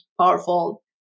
powerful